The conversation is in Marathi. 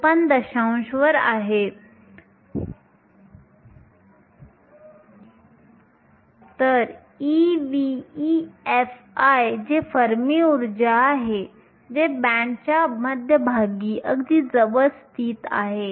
54 वर आहे Ev EFi जे फर्मी ऊर्जा आहे जे बँडच्या मध्यभागी अगदी जवळ स्थित आहे